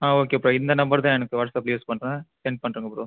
ஆ okay bro இந்த number தான் எனக்கு வாட்ஸப்பில் யூஸ் பண்ணுறேன் சென்ட் பண்றேங்க ப்ரோ